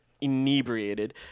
inebriated